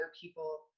people